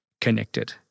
connected